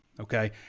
Okay